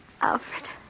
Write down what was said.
Alfred